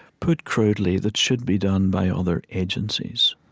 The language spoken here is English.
put crudely, that should be done by other agencies.